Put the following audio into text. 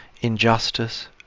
injustice